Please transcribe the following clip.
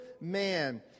man